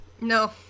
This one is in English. No